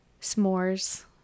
s'mores